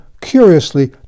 curiously